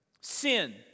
Sin